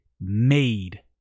made